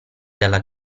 dalla